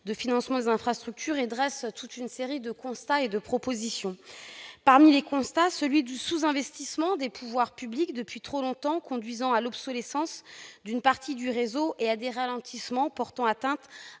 de financement des infrastructures, et dresse toute une série de constats et de propositions. Parmi les constats figure celui du sous-investissement des pouvoirs publics qui, depuis trop longtemps, a conduit à l'obsolescence d'une partie du réseau et à des ralentissements portant atteinte